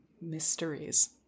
mysteries